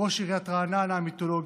ראש עיריית רעננה המיתולוגי,